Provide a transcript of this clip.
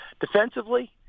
Defensively